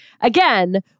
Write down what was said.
again